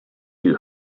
you